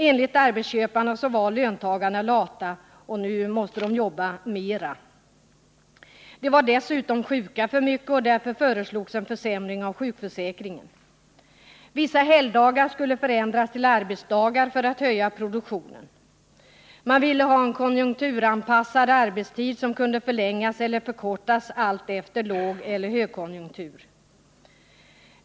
Enligt arbetsköparna var löntagarna lata och måste jobba mera. Löntagarna skulle dessutom vara sjuka för mycket, och därför föreslogs en försämring av sjukförsäkringen. Vissa helgdagar skulle för att höja produktionen förändras till arbetsdagar. Man ville ha en konjunkturanpassad arbetstid, som kunde förlängas eller förkortas allt efter lågeller högkonjunktur.